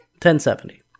1070